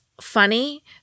funny